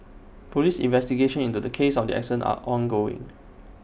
Police investigations into the cause of the accident are ongoing